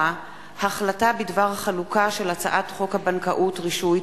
החלטה בדבר חלוקה של הצעת חוק הבנקאות (רישוי)